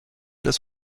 des